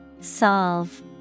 Solve